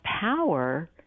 power